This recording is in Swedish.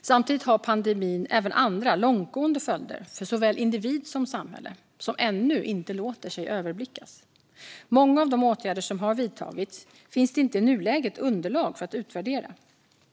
Samtidigt har pandemin även andra långtgående följder för såväl individ som samhälle som ännu inte låter sig överblickas. Många av de åtgärder som har vidtagits finns det i nuläget inte underlag för att utvärdera.